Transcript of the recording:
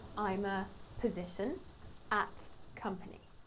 i'm a position at company.